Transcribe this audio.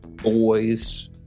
boys